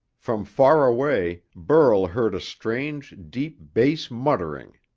from far away, burl heard a strange, deep bass muttering.